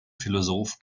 philosoph